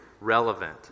relevant